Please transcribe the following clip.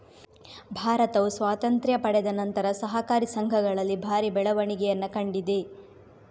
ಭಾರತವು ಸ್ವಾತಂತ್ರ್ಯ ಪಡೆದ ನಂತರ ಸಹಕಾರಿ ಸಂಘಗಳಲ್ಲಿ ಭಾರಿ ಬೆಳವಣಿಗೆಯನ್ನ ಕಂಡಿದೆ